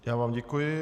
Já vám děkuji.